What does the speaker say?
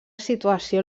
situació